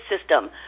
system